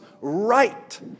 right